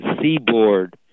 Seaboard